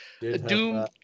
doom